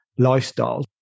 lifestyles